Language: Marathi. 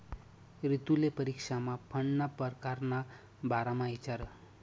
रितुले परीक्षामा फंडना परकार ना बारामा इचारं